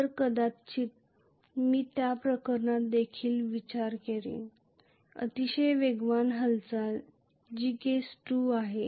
तर कदाचित मी त्या प्रकरणात देखील विचार करीन अतिशय वेगवान हालचाल जी केस 2 आहे